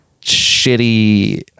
shitty